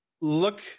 look –